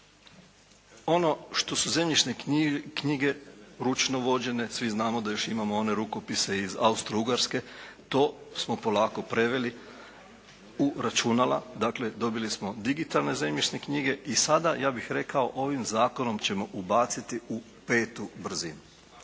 ono što su zemljišne knjige ručno vođene. Svi znamo da još uvijek imamo one rukopise iz Austro-Ugarske. To smo polako preveli u računala. Dakle, dobili smo digitalne zemljišne knjige. I sada ja bih rekao ovim zakonom ćemo ubaciti u petu brzinu.